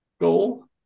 goal